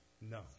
No